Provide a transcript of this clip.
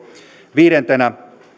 viidentenä